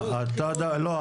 לא.